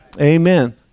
Amen